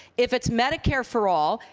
if it's medicare for all,